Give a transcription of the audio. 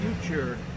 future